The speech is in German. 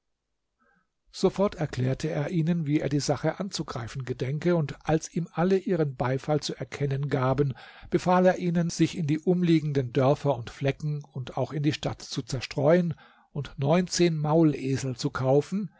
sofort erklärte er ihnen wie er die sache anzugreifen gedenke und als ihm alle ihren beifall zu erkennen gaben befahl er ihnen sich in die umliegenden dörfer und flecken und auch in die stadt zu zerstreuen und neunzehn maulesel zu kaufen